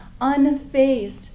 unfazed